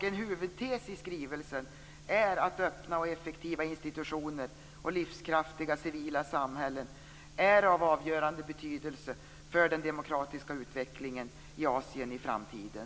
En huvudtes i skrivelsen är att öppna och effektiva institutioner och livskraftiga civila samhällen är av avgörande betydelse för den demokratiska utvecklingen i Asien i framtiden.